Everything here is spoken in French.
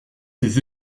ses